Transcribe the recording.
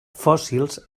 fòssils